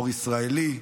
אור ישראלי,